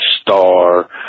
star